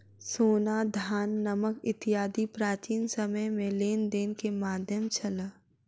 सोना, धान, नमक इत्यादि प्राचीन समय में लेन देन के माध्यम छल